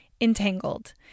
Entangled